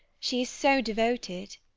she is so devoted.